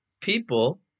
People